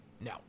No